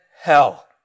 hell